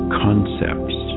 concepts